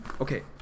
okay